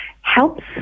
helps